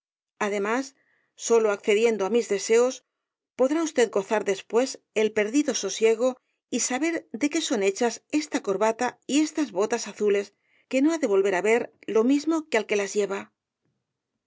además sólo accediendo á mis deseos podrá usted gozar después el perdido sosiego y saber de qué son hechas esta corbata y estas botas azules eme no ha de volver á ver lo mismo que al que las lleva